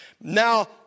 Now